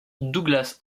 douglas